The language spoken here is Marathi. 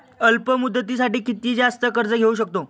अल्प मुदतीसाठी किती जास्त कर्ज घेऊ शकतो?